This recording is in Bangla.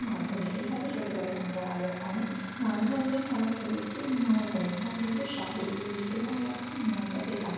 মাধ্যমে এভাবে ছোটবেলায় আমরা আরো অনেক নানা ধরনের খেলা খেলেছি আমার বন্ধু বান্ধবদের সাথে এগুলি খেলে আমরা খুব মজা পেতাম